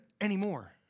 anymore